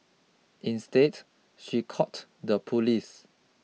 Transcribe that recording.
instead she called the police